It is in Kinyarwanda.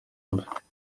mbere